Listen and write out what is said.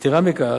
יתירה מכך,